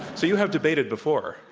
so you have debated before.